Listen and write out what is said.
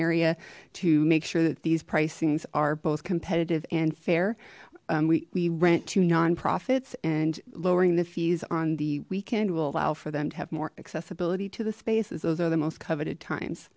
area to make sure that these pricings are both competitive and fair we rent to nonprofits and lowering the fees on the weekend will allow for them to have more accessibility to the space as those are the most coveted times